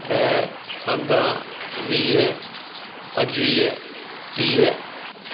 ॾह पंद्रहं वीह पंजवीह टीह